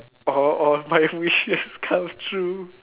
all all my wishes come true